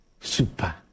super